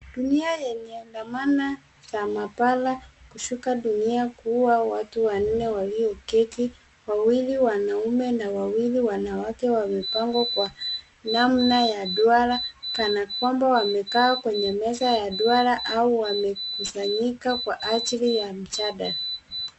Dunia yenye dhamana za mapala kushuka dunia kuuwa watu wanne walioketi, wawili wanaume na wawili wanawake wamepangwa kwa namna ya duara kana kwamba wamekaa kwenye meza ya duara au wamekusanyika kwa ajili ya mjadala.